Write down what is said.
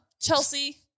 Chelsea